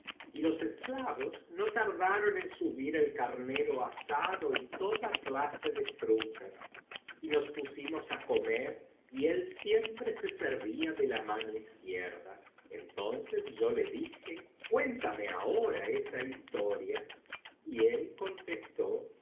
y los esclavos no tardaron en subir el carnero asado y toda clase de frutas y nos pusimos á comer y él siempre se servía de la mano izquierda entonces yo le dije cuéntame ahora esa historia y él contestó oh